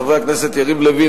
חברי הכנסת יריב לוין,